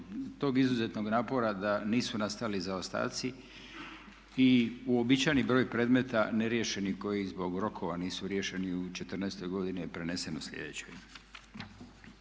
tog izuzetnog napora da nisu nastajali zaostaci. I uobičajeni broj predmeta neriješenih koji zbog rokova nisu riješeni u četrnaestoj godini je prenesen u sljedeću.